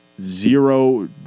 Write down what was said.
zero